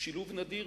שילוב נדיר,